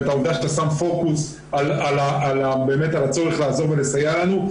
את העובדה שאתה שם פוקוס באמת על הצורך לעזור ולסייע לנו.